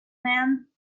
man